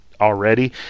already